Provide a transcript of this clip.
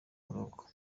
buroko